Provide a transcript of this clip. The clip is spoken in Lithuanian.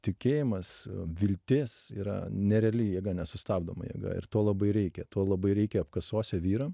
tikėjimas viltis yra nereali jėga nesustabdoma jėga ir to labai reikia to labai reikia apkasuose vyram